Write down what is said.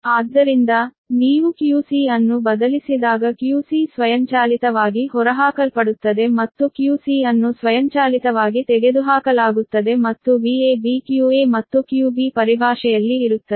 ಆದ್ದರಿಂದ ನೀವು qc ಅನ್ನು ಬದಲಿಸಿದಾಗ qc ಸ್ವಯಂಚಾಲಿತವಾಗಿ ಹೊರಹಾಕಲ್ಪಡುತ್ತದೆ ಮತ್ತು qc ಅನ್ನು ಸ್ವಯಂಚಾಲಿತವಾಗಿ ತೆಗೆದುಹಾಕಲಾಗುತ್ತದೆ ಮತ್ತು Vab qa ಮತ್ತು qb ಪರಿಭಾಷೆಯಲ್ಲಿ ಇರುತ್ತದೆ